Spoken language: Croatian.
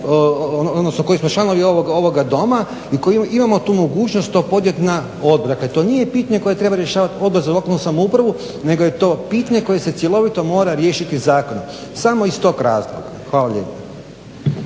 odnosno koji smo članovi ovoga Doma i koji imamo tu mogućnost to podnijeti na odbor. Dakle, to nije pitanje koje treba rješavati Odbor za lokalnu samoupravu, nego je to pitanje koje se cjelovito mora riješiti zakonom. Samo iz toga razloga. Hvala lijepa.